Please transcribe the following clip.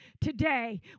Today